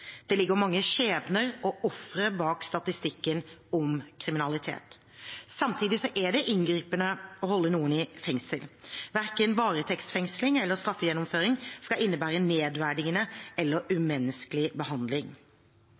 Det ligger mange skjebner og ofre bak statistikken over kriminalitet. Samtidig er det inngripende å holde noen i fengsel. Verken varetektsfengsling eller straffegjennomføring skal innebære nedverdigende eller umenneskelig behandling.